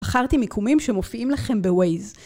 בחרתי מיקומים שמופיעים לכם בווייז